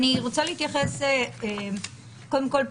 קודם כול,